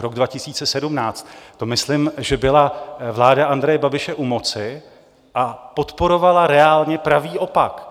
Rok 2017 to myslím, že byla vláda Andreje Babiše u moci, a podporovala reálně pravý opak.